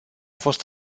fost